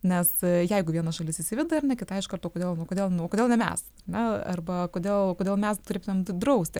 nes jeigu viena šalis įsiveda ar ne kitai iš karto kodėl nu kodėl nu kodėl ne mes na arba kodėl kodėl mes turėtumėm tai drausti